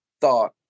thought